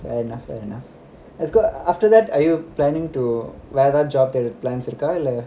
after that are you planning to வேற ஏதாச்சு job தேட சான்ஸ் இருக்கா இல்ல:vera yethachu job theda chance irukaa illa